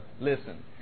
listen